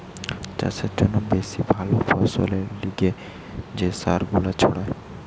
চাষের জন্যে বেশি ভালো ফসলের লিগে যে সার গুলা ছড়ায়